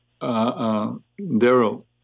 Daryl